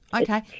Okay